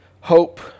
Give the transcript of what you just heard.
Hope